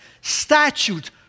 statute